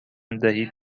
دهید